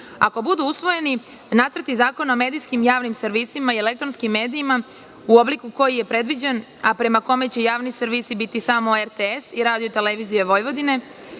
budu usvojeni nacrti zakona o medijskim javnim servisima i elektronskim medijima u obliku koji je predviđen, a prema kome će javni servisi biti samo RTS i RTV, jug Srbije i